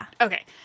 okay